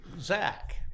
Zach